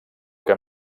que